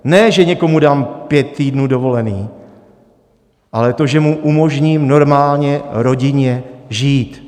Ne že někomu dám pět týdnů dovolené, ale to, že mu umožním normálně rodinně žít.